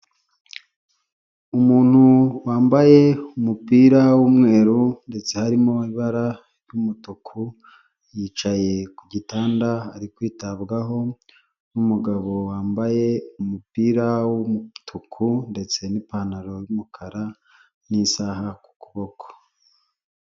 Umuntu wambaye umupira w'umweru ndetse harimo ibara ry'umutuku yicaye ku gitanda ari kwitabwaho n'umugabo wambaye umupira w'umutuku ndetse n'ipantaro y'umukara n'isaha ku kuboko.